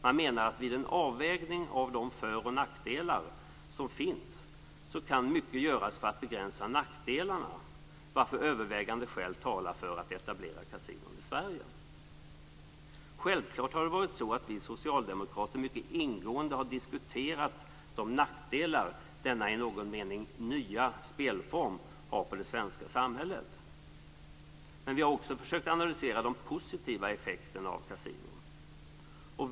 Man menar att vid en avvägning av de föroch nackdelar som finns kan mycket göras för att begränsa nackdelarna, varför övervägande skäl talar för att etablera kasinon i Sverige. Självklart har vi socialdemokrater mycket ingående diskuterat de nackdelar som denna i någon mening nya spelform har för det svenska samhället. Men vi har också försökt att analysera de positiva effekterna av kasinon.